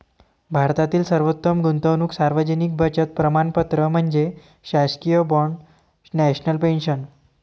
भारतातील सर्वोत्तम गुंतवणूक सार्वजनिक बचत प्रमाणपत्र म्हणजे शासकीय बाँड नॅशनल पेन्शन